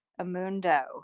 Amundo